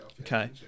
Okay